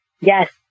Yes